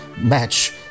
match